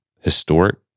historic